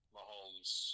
Mahomes